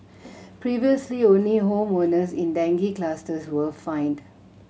previously only home owners in dengue clusters were fined